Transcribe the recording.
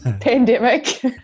pandemic